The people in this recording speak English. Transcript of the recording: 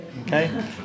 Okay